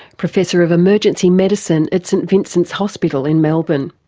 professor of emergency medicine at st vincent's hospital in melbourne.